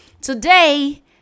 Today